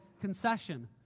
concession